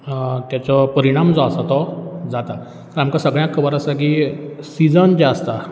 तेचो परिणाम जो आसा तो जाता आमकां सगळ्यांक खबर आसा की सिजन जे आसता